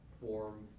form